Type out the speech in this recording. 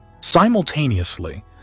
Simultaneously